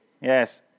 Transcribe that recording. Yes